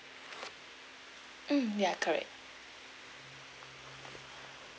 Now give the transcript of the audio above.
mm ya correct